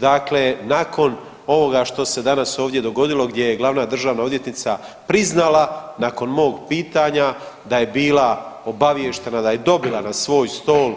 Dakle nakon ovoga što se danas ovdje dogodilo gdje je glavna državna odvjetnica priznala nakon mog pitanja da je bila obaviještena da je dobila na svoj stol